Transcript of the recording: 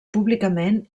públicament